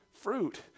fruit